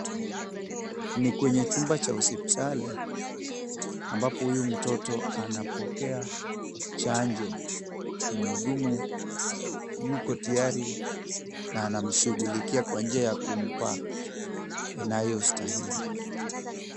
Ni kwenye chumba cha hospitali, ambapo huyu mtoto anapokea chanjo, mhudumu yuko tayari na anamshughulikia kwa njia ya kufaa inayostahili.